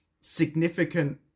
Significant